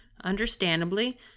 understandably